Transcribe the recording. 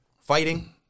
fighting